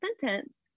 sentence